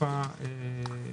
שיקול במסגרת תביעות ייצוגיות.